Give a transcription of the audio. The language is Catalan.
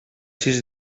sis